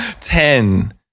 Ten